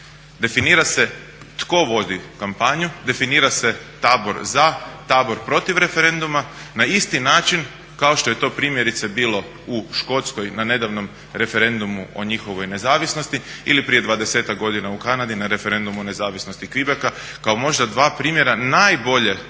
Definira se tko vodi kampanju, definira se tabor za, tabor protiv referenduma na isti način kao što je to primjerice bilo u Škotskoj na nedavnom referendumu o njihovoj nezavisnosti ili prije 20-ak godina u Kanadi na referendumu o nezavisnosti Quebeca kao možda dva primjera najbolje uređene